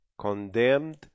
Condemned